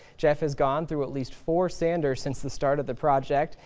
jeff has gone through at least four sanders since the start of the project.